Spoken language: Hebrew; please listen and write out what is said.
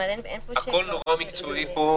הכול נורא מקצועי פה.